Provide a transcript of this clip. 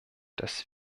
dass